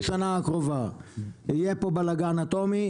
שלא בחקלאים, הוא משהו שיהיה כל כך אקוטי